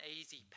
easy